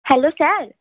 hello sir